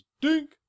Dink